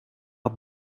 had